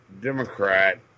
Democrat